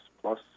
plus